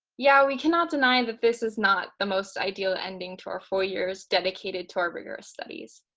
yeah, we cannot deny and that this is not the most ideal ending to our four years dedicated to our rigorous studies.